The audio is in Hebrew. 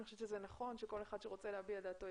אני חושבת שזה נכון שכל אחד שרוצה להביע את דעתו,